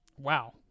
wow